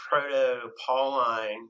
proto-Pauline